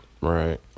right